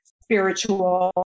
spiritual